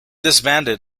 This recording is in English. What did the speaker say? disbanded